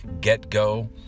get-go